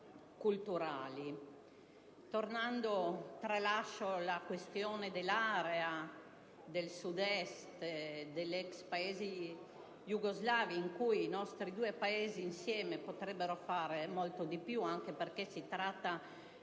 culturali. Tralascio la questione dell'area del Sud Est degli ex Paesi iugoslavi, in cui i nostri due Stati, insieme, potrebbero fare molto di più, anche perché si tratta